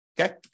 okay